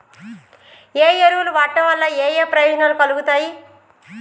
ఏ ఎరువులు వాడటం వల్ల ఏయే ప్రయోజనాలు కలుగుతయి?